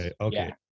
okay